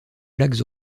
plaques